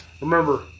Remember